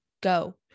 go